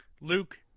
Luke